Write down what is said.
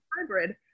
hybrid